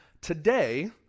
Today